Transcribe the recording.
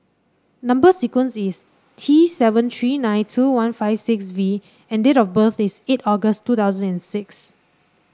number sequence is T seven three nine two one five six V and date of birth is eight August two thousand and six